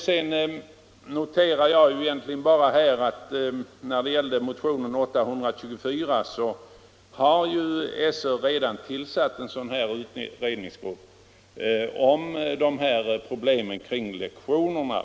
Sedan noterar jag bara när det gäller motionen 824 att SÖ redan har tillsatt en utredningsgrupp beträffande dessa problem kring lektionerna.